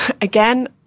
again